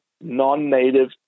non-native